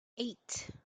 eight